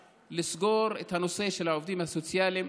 לסגור את הנושא של העובדים הסוציאליים?